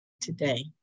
today